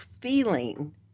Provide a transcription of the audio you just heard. feeling